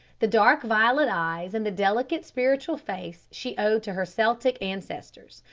the dark violet eyes and the delicate spiritual face she owed to her celtic ancestors,